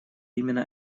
именно